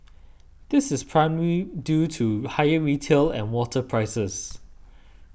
this is primarily due to higher retail and water prices